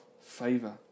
favor